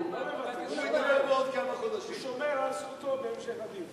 הוא שומר על זכותו בהמשך הדיון.